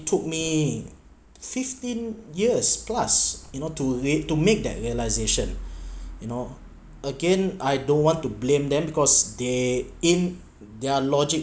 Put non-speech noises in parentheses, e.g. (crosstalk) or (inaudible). took me fifteen years plus you know to make to make that realization (breath) you know again I don't want to blame them because they in their logic